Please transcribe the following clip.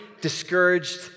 discouraged